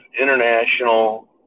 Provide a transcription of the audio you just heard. international